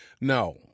No